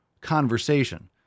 conversation